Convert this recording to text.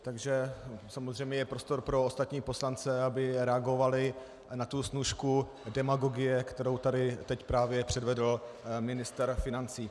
Takže je samozřejmě prostor pro ostatní poslance, aby reagovali na tu snůšku demagogie, kterou tady teď právě předvedl ministr financí.